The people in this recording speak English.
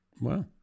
Wow